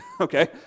okay